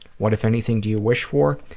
what, if anything, do you wish for?